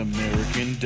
American